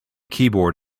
keyboard